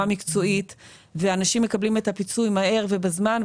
מקצועית ואנשים מקבלים את הפיצוי מהר ובזמן,